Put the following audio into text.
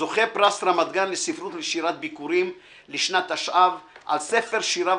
זוכה פרס רמת גן לספרות ולשירת ביכורים לשנת התשע"ו על ספר שיריו